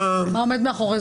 מה עומד מאחורי זה.